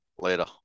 Later